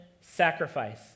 sacrifice